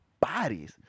bodies